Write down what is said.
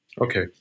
Okay